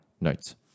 notes